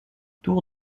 tour